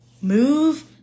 move